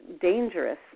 dangerous